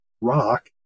rock